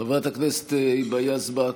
חברת הכנסת היבה יזבק,